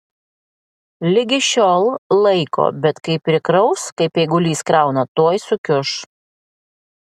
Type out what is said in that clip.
ligi šiol laiko bet kai prikraus kaip eigulys krauna tuoj sukiuš